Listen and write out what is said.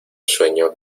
sueño